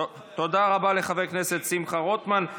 תודה רבה לחבר הכנסת שמחה רוטמן.